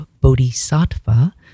bodhisattva